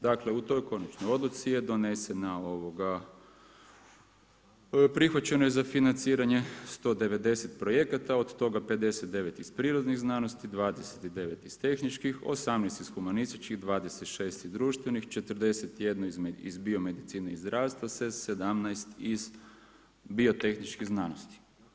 Dakle, u toj konačnoj odluci prihvaćeno je za financiranje 190 projekata, od toga 59 iz prirodnih znanosti, 29 iz tehničkih, 18 iz humanističkih, 26 iz društvenih, 41 iz biomedicine i zdravstva te 17 iz biotehničkih znanosti.